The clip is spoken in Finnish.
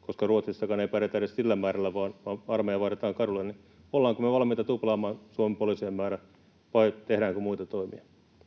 koska Ruotsissakaan ei pärjätä edes sillä määrällä vaan armeija vaaditaan kadulle. Ollaanko me valmiita tuplaamaan Suomen poliisien määrä, vai tehdäänkö muita toimia?